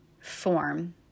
form